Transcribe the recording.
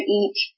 eat